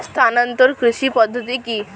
স্থানান্তর কৃষি পদ্ধতি কি?